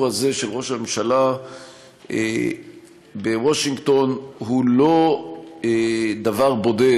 הזה של ראש הממשלה בוושינגטון הוא לא דבר בודד,